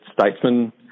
Statesman